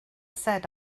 said